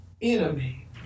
enemy